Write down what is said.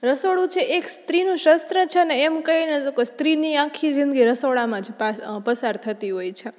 રસોડું છે એક સ્ત્રીનું શસ્ત્ર છેને એમ કંઈને તોકે સ્ત્રીની આખી જિંદગી રસોડામાં જ પસાર થતી હોય છે